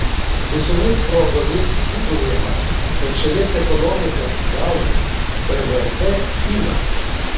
visomis progomis džiūgaujama kad šalies ekonomika atsigauna bvp kyla